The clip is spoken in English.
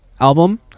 album